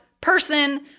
person